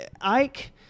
Ike